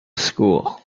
school